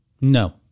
No